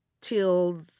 till